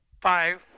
five